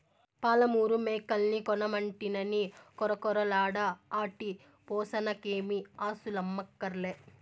పాలమూరు మేకల్ని కొనమంటినని కొరకొరలాడ ఆటి పోసనకేమీ ఆస్థులమ్మక్కర్లే